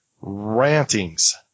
rantings